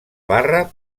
barra